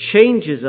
changes